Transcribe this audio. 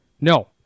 no